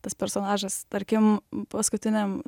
tas personažas tarkim paskutiniam